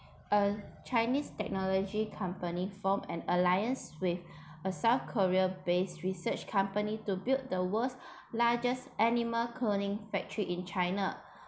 a chinese technology company formed an alliance with a south korea based research company to build the world's largest animal cloning factory in china